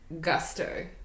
gusto